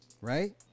right